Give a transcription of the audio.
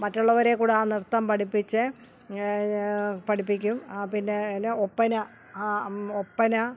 മറ്റുള്ളവരെക്കൂടി ആ നൃത്തം പഠിപ്പിച്ചു പഠിപ്പിക്കും പിന്നേ എന്നെ ഒപ്പന ഒപ്പന